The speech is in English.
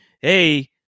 hey